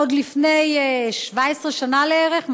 עוד לפני 17 שנה לערך,